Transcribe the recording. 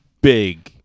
big